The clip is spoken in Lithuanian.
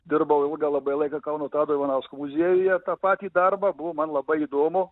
dirbau ilgą labai laiką kauno tado ivanausko muziejuje tą patį darbą buvo man labai įdomu